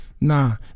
nah